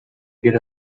get